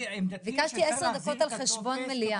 ביקשתי עוד 10 דקות על חשבון המליאה.